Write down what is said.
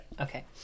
Okay